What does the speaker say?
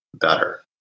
better